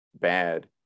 bad